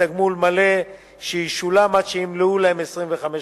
בתגמול מלא שישולם עד שימלאו להם 25 שנה.